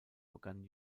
begann